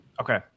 Okay